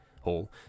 hall